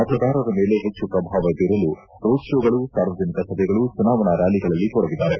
ಮತದಾರರ ಮೇಲೆ ಹೆಚ್ಚು ಪ್ರಭಾವ ಬೀರಲು ರೋಡ್ ಶೋಗಳು ಸಾರ್ವಜನಿಕ ಸಭೆಗಳು ಚುನಾವಣಾ ರ್ಕಾಲಿಗಳಲ್ಲಿ ತೊಡಗಿದ್ದಾರೆ